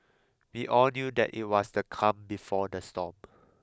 we all knew that it was the calm before the storm